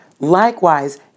Likewise